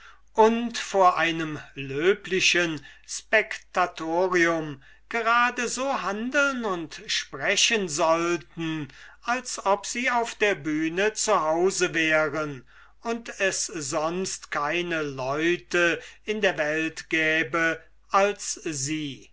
und vor einem löblichen spectatorium gerade so handeln und sprechen sollten als ob sie auf der bühne zu hause wären und es sonst keine leute in der welt gäbe als sie